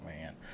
man